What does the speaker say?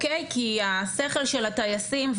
כי השכל של הטייסים,